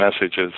messages